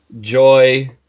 joy